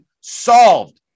solved